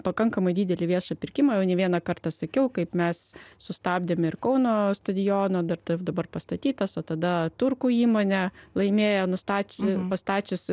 pakankamai didelį viešą pirkimą jau ne vieną kartą sakiau kaip mes sustabdėm ir kauno stadiono ir dabar pastatytas o tada turkų įmonė laimėjo nustat pastačius